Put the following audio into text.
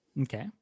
Okay